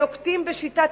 נוקטים את שיטת